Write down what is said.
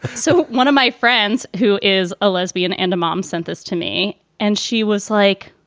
so one of my friends who is a lesbian and a mom sent this to me and she was like,